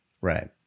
Right